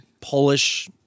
Polish